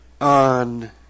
On